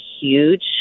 huge